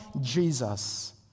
Jesus